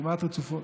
כמעט רצופות.